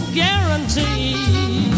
guarantee